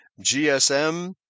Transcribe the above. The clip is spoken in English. GSM